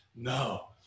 No